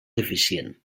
deficient